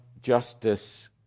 justice